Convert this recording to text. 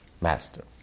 master